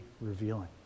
revealing